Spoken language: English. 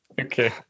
okay